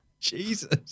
Jesus